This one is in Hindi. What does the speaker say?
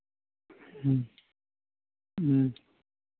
ह्म्म ह्म्म